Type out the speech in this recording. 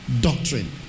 doctrine